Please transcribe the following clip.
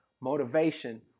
motivation